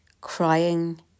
crying